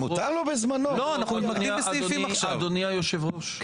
אדוני היושב-ראש,